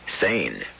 sane